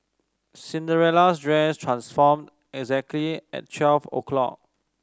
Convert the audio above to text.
Cinderella's dress transformed exactly at twelve o'clock